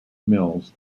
mills